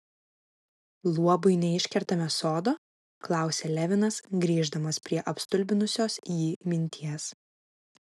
luobui neiškertame sodo klausė levinas grįždamas prie apstulbinusios jį minties